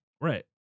Right